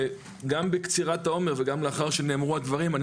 גם בקצירת העומר וגם לאחר שנאמרו הדברים אני